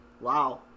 Wow